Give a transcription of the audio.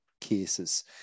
cases